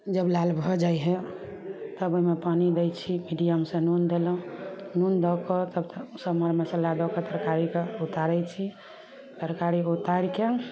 जब लाल भऽ जाइ हइ तब ओहिमे पानी दै छी मीडियम सँ नून देलहुॅं नून दऽ कऽ तब सभ मसल्ला दऽ कऽ तरकारीके उतारै छी तरकारी उतारि कऽ